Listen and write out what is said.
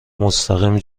مستقیم